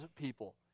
people